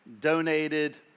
donated